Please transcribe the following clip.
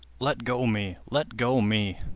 let go me! let go me!